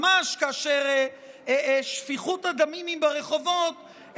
ממש כאשר שפיכות הדמים היא ברחובות,